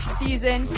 season